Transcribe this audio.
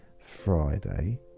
Friday